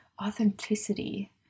authenticity